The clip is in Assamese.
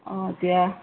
অঁ এতিয়া